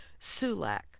sulak